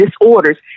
disorders